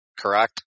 correct